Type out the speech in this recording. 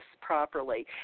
properly